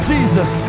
Jesus